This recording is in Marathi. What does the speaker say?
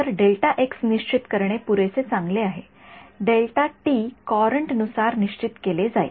तर निश्चित करणे पुरेसे चांगले आहे कॉऊरंट नुसार निश्चित केले जाईल